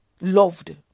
loved